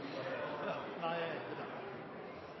nei